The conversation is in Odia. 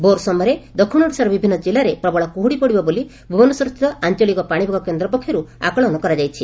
ଭୋର୍ ସମୟରେ ଦକ୍ଷିଣ ଓଡ଼ିଶାର ବିଭିନ୍ନ କିଲ୍ଲାରେ ପ୍ରବଳ କୁହୁଡ଼ି ପଡ଼ିବ ବୋଲି ଭୁବନେଶ୍ୱରସ୍ଥିତ ଆଞ୍ଚଳିକ ପାଶିପାଗ କେନ୍ଦ୍ର ପକ୍ଷରୁ ଆକଳନ କରାଯାଇଛି